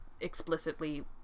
explicitly